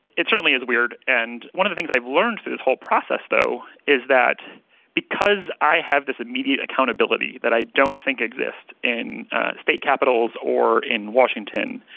it certainly is weird. and one of the things i've learned through this whole process, though, is that because i have this immediate accountability that i don't think exists in state capitals or in washington,